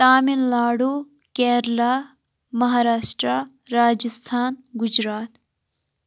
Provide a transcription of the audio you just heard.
Tamil Nadu Kerala Maharashtra Rajasthan Gujarat